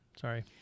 Sorry